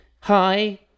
hi